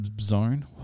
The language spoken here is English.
zone